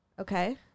Okay